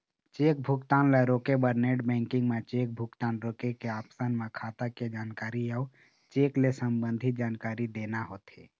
cheque भुगतान ल रोके बर नेट बेंकिंग म चेक भुगतान रोके के ऑप्सन म खाता के जानकारी अउ चेक ले संबंधित जानकारी देना होथे